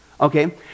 Okay